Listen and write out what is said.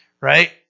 right